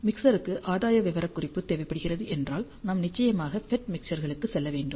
மிக்சருக்கு ஆதாய விவரக்குறிப்பு தேவைப்படுகிறது என்றால் நாம் நிச்சயமாக FET மிக்சர்களுக்கு செல்ல வேண்டும்